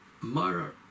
Mara